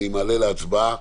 אני מעלה להצבעה.